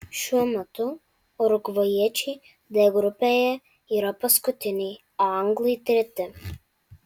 šiuo metu urugvajiečiai d grupėje yra paskutiniai o anglai treti